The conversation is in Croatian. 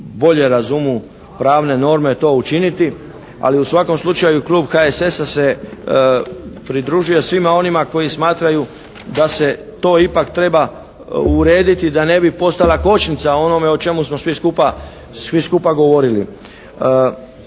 bolje razumu pravne norme, to učiniti. Ali u svakom slučaju klub HSS-a se pridružuje svima onima koji smatraju da se to ipak treba urediti, da ne bi postala kočnica onome o čemu smo svi skupa govorili.